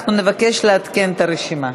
אנחנו נבקש לעדכן את הרשימה.